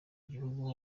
gihugu